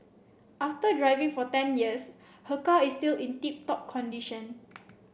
after driving for ten years her car is still in tip top condition